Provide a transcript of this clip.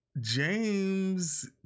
james